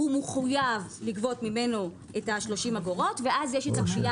הוא מחויב לגבות ממנו את ה-30 אגורות ואז יש הגבייה